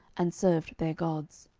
and served their gods.